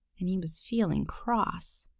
and he was feeling cross.